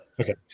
Okay